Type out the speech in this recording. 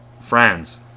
Friends